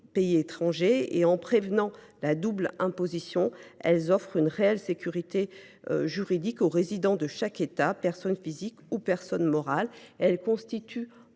pays étrangers. En prévenant la double imposition, elles offrent une réelle sécurité juridique aux résidents de chaque État, qu’il s’agisse de personnes physiques ou de personnes morales. De plus, elles constituent